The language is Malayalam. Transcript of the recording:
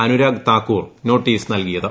അനുരാഗ് താക്കൂർ നോട്ടീസ് നൽകിയത്